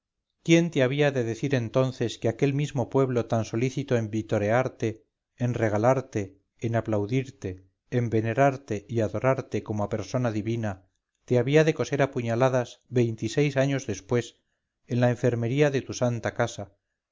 quién te había de decir entonces que aquel mismo pueblo tan solícito en victorearte en regalarte en aplaudirte en venerarte y adorartecomo a persona divina te había de coser a puñaladas veinte y seis años después en la enfermería de tu santa casa